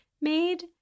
made